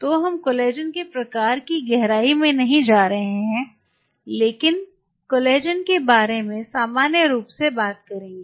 तो हम कोलेजन के प्रकार की गहराई में नहीं जा रहे हैं लेकिन कोलेजन के बारे में सामान्य रूप से बात करेंगे